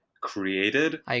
created